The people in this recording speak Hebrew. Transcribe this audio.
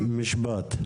משפט.